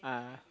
ah